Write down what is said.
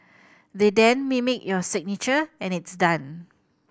they then mimic your signature and it's done